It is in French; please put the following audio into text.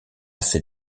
ses